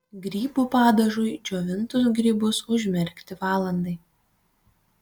grybų padažui džiovintus grybus užmerkti valandai